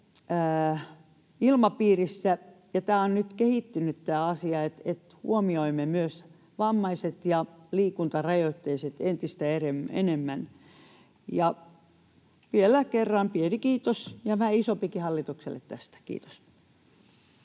ilmapiirissä ja tämä asia on nyt kehittynyt siten, että huomioimme myös vammaisia ja liikuntarajoitteisia entistä enemmän. Vielä kerran pieni kiitos, ja vähän isompikin, hallitukselle tästä. — Kiitos.